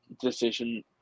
decision